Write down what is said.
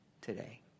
today